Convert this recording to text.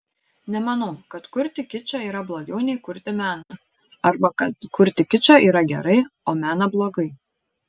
nemanau kad kurti kičą yra blogiau nei kurti meną arba kad kurti kičą yra gerai o meną blogai